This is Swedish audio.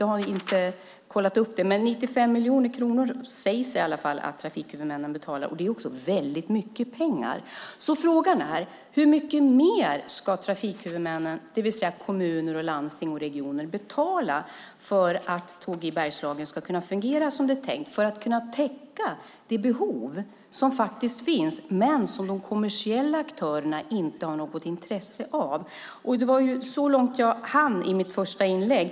Jag har inte kollat upp det, men det sägs i alla fall att trafikhuvudmännen betalar 95 miljoner kronor. Det är väldigt mycket pengar. Frågan är hur mycket mer som trafikhuvudmännen, det vill säga kommuner, landsting och regioner, ska betala för att Tåg i Bergslagen ska kunna fungera som det är tänkt och kunna täcka det behov som finns och som de kommersiella aktörerna inte har något intresse av. Det var så långt jag hann i mitt första inlägg.